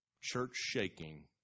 church-shaking